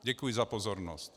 Děkuji za pozornost.